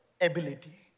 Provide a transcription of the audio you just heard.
ability